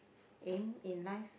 aim in life